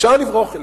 אפשר לברוח אליהן.